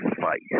fight